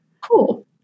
Cool